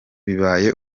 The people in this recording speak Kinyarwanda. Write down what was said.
bibaye